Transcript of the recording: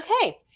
Okay